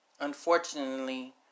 Unfortunately